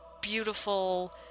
beautiful